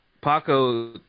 Paco